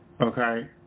Okay